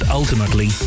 ultimately